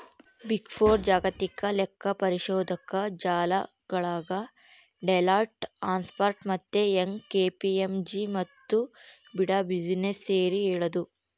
big four ಜಾಗತಿಕ ಲೆಕ್ಕಪರಿಶೋಧಕ ಜಾಲಗಳಾದ ಡೆಲಾಯ್ಟ್, ಅರ್ನ್ಸ್ಟ್ ಮತ್ತೆ ಯಂಗ್, ಕೆ.ಪಿ.ಎಂ.ಜಿ ಮತ್ತು ಪಿಡಬ್ಲ್ಯೂಸಿನ ಸೇರಿ ಹೇಳದು